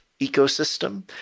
ecosystem